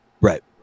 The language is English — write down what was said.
Right